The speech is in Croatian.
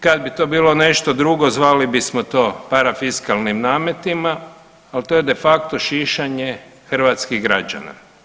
Kad bi to bilo nešto drugo zvali bismo to parafiskalnim nametima, al to je de facto šišanje hrvatskih građana.